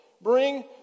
Bring